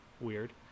Weird